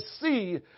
see